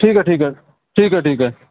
ठीक आहे ठीक आहे ठीक आहे ठीक आहे